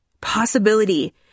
possibility